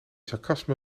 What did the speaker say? sarcasme